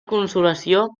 consolació